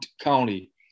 County